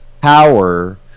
power